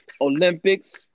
Olympics